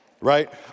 right